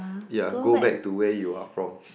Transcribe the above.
ya go back to where you are from